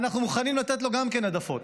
אנחנו מוכנים לתת גם לו העדפות